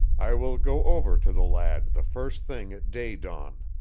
i will go over to the lad the first thing at day-dawn.